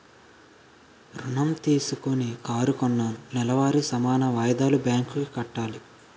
ఋణం తీసుకొని కారు కొన్నాను నెలవారీ సమాన వాయిదాలు బ్యాంకు కి కట్టాలి